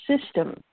system